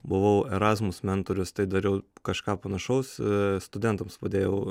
buvau erazmus mentorius tai dariau kažką panašaus studentams padėjau